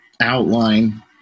outline